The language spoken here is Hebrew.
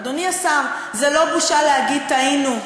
אדוני השר, זו לא בושה להגיד: טעינו,